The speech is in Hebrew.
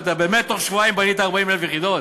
שבאמת בתוך שבועיים בנית 40,000 יחידות?